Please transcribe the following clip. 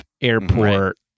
airport